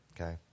Okay